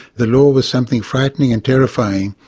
the law was something frightening and terrifying.